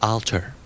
Alter